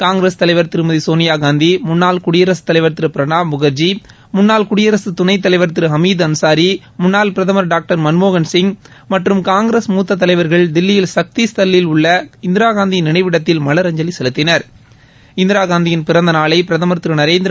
காங்கிரஸ் தலைவர் திருமதி சோனியாகாந்தி முன்னாள் குடியரசுத் தலைவர் திரு பிரணாப் முன்ஜி முன்னாள் குடியரசு துணைத்தலைவர் திரு ஹமீது அன்சாரி முன்னாள் பிரதமர் டாக்டர் மன்மோகன்சிங் மற்றும் காங்கிரஸ் மூத்த தலைவா்கள் தில்லியில் சக்தி ஸ்தல்லில் உள்ள இந்திராகாந்தியின் நினைவிடத்தில் மலரஞ்சலி செலுத்தினா்